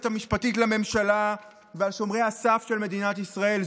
המשפטית לממשלה ועל שומרי הסף של מדינת ישראל.